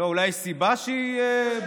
לא, אולי יש סיבה שהיא בורחת?